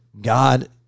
God